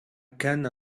can’t